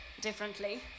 differently